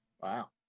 Wow